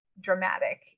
dramatic